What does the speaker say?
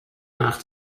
nach